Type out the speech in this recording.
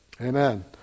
Amen